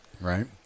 Right